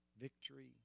victory